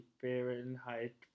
Fahrenheit